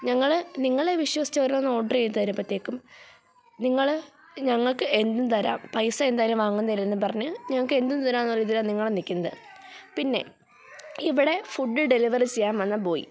ഞങ്ങൾ നിങ്ങളെ വിശ്വസിച്ച് ഓരോന്ന് ഓർഡർ ചെയ്തുതരുമ്പോഴത്തേക്കും നിങ്ങൾ ഞങ്ങൾക്ക് എന്തും തരാം പൈസ എന്തായാലും വാങ്ങുന്നതല്ലേ എന്നും പറഞ്ഞ് ഞങ്ങൾക്ക് എന്തും തരാം എന്ന് ഇതിലാണ് നിങ്ങൾ നിൽക്കുന്നത് പിന്നെ ഇവിടെ ഫുഡ് ഡെലിവറി ചെയ്യാന് വന്ന ബോയ്